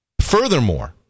furthermore